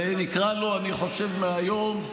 נקרא לו, אני חושב, מהיום,